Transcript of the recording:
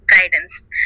guidance